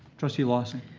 trustee lawson?